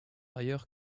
ailleurs